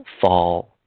fall